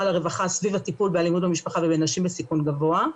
לרווחה סביב הטיפול באלימות במשפחה ובנשים בסיכון גבוה.